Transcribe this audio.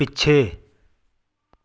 ਪਿੱਛੇ